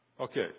okay